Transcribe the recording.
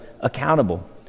accountable